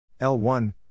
L1